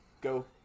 go